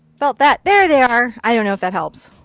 felt that. there they are. i don't know if that helps.